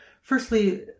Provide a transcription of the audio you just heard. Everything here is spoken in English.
firstly